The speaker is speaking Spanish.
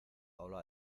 ola